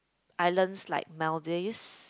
islands like Maldives